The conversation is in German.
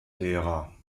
lehrer